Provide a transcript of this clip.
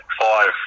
five